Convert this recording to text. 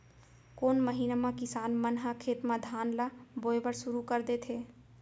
कोन महीना मा किसान मन ह खेत म धान ला बोये बर शुरू कर देथे?